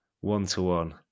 one-to-one